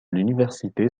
l’université